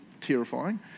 terrifying